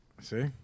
See